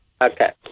Okay